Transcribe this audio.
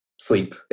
sleep